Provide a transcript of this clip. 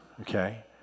okay